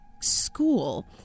school